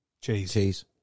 Cheese